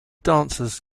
dancers